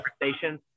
conversations